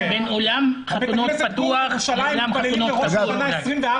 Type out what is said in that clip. לאולם חתונות פתוח מול אולם חתונות סגור.